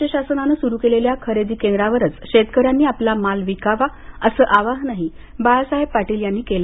राज्य शासनाने सुरु केलेल्या खरेदी केंद्रावरच शेतकऱ्यांनी आपला माल विकावा असं आवाहनही बाळासाहेब पाटील यांनी केलं